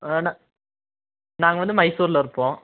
ஆனால் நாங்கள் வந்து மைசூரில் இருப்போம்